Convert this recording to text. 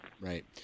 right